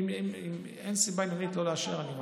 אם אין סיבה הגיונית לא לאשר, אני מאשר.